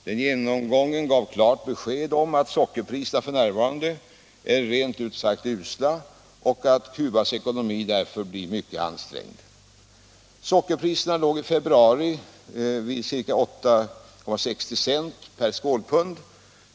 Denna genomgång har givit klart besked om att sockerpriserna f. n. är rent ut sagt usla och att Cubas ekonomi därför blivit mycket ansträngd. Sockerpriserna låg i februari vid ca 8,60 cent per skålpund.